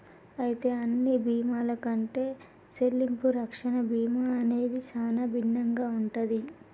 అయితే అన్ని బీమాల కంటే సెల్లింపు రక్షణ బీమా అనేది సానా భిన్నంగా ఉంటది